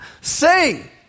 Sing